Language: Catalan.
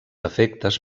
efectes